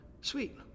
Sweet